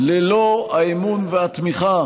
ללא האמון והתמיכה